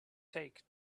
take